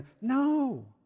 No